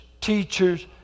teachers